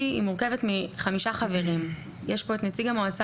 היום אפשר להתייחס למונחים קצת יותר מתאימים כמו משקי בית.